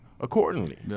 accordingly